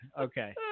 Okay